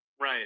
Right